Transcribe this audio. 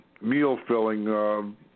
meal-filling